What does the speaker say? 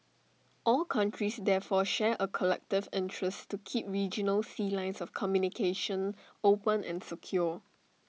all countries therefore share A collective interest to keep regional sea lines of communication open and secure